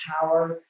power